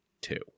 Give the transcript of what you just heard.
two